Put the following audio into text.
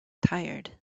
tired